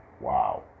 Wow